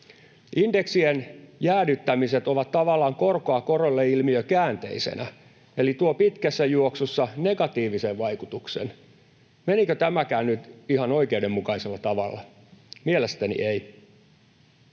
Indeksien jäädyttämiset ovat tavallaan korkoa korolle ‑ilmiö käänteisenä eli tuovat pitkässä juoksussa negatiivisen vaikutuksen. Menikö tämäkään nyt ihan oikeudenmukaisella tavalla? Mielestäni ei.